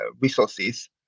resources